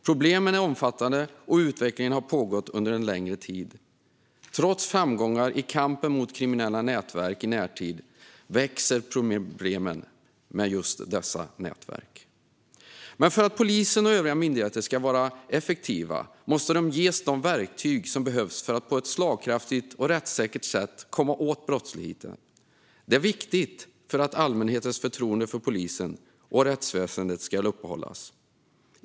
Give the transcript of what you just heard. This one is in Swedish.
Problemen är omfattande, och utvecklingen har pågått under en längre tid. Trots framgångar i kampen mot kriminella nätverk i närtid växer problem med dessa nätverk. Men för att polisen och övriga myndigheter ska vara effektiva måste de ges de verktyg som behövs för att på ett slagkraftigt och rättssäkert sätt komma åt brottsligheten. Detta är viktigt för att allmänhetens förtroende för polisen och rättsväsendet ska upprätthållas.